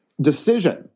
decision